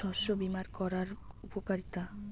শস্য বিমা করার উপকারীতা?